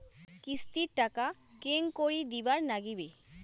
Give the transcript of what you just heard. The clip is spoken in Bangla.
কিস্তির টাকা কেঙ্গকরি দিবার নাগীবে?